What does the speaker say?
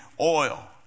oil